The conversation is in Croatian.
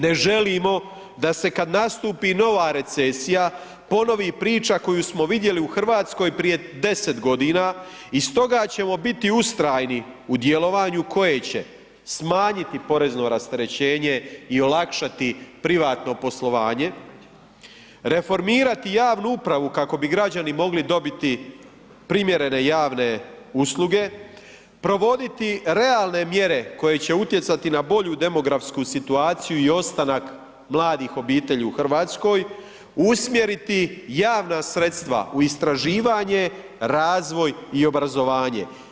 Ne želimo kada nastupi nova recesija ponovi priča koju smo vidjeli u Hrvatskoj prije 10 godina i stoga ćemo biti ustrajni u djelovanju koje će smanjiti porezno rasterećenje i olakšati privatno poslovanje, reformirati javnu upravu kako bi građani mogli dobiti primjerene javne usluge, provoditi realne mjere koje će utjecati na bolju demografsku situaciju i ostanak mladih obitelji u Hrvatskoj, usmjeriti javna sredstva u istraživanje, razvoj i obrazovanje.